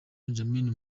benjamin